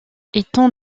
étant